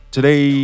Today